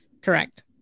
Correct